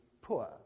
poor